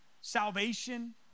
salvation